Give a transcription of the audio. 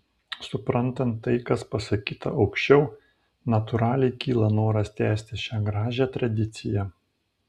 suprantant tai kas pasakyta aukščiau natūraliai kyla noras tęsti šią gražią tradiciją